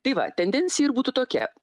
tai va tendencija ir būtų tokia